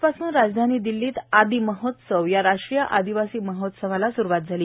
आजपासून नवी दिल्लीत आदि महोत्सव या राष्ट्रीय आदिवासी महोत्सवाला सुरूवात झाली